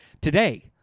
today